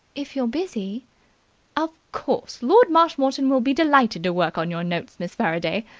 if you're busy of course, lord marshmoreton will be delighted to work on your notes, miss faraday,